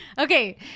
Okay